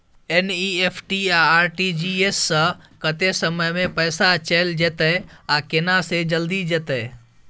NEFT आ RTGS स कत्ते समय म पैसा चैल जेतै आ केना से जल्दी जेतै?